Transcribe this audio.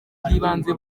bw’ibanze